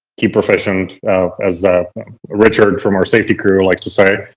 keep proficient as richard from our safety crew likes to say,